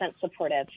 supportive